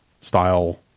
style